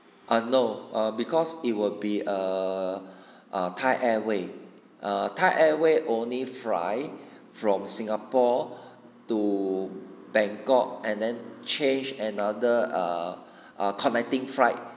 err no err because it will be err a thai airway err thai airway only fly from singapore to bangkok and then change another err a connecting flight